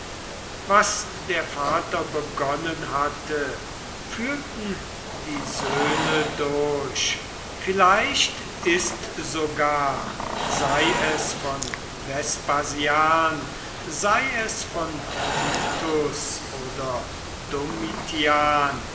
was der vater begonnen hatte führten die söhne durch vielleicht ist sogar sei es von vespasian sei es von titus oder